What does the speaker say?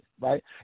right